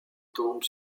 tombe